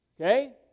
okay